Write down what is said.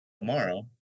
tomorrow